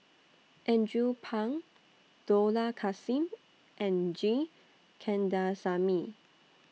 Andrew Phang Dollah Kassim and G Kandasamy